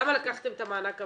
למה לקחתם את מענק העבודה?